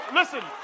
listen